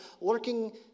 lurking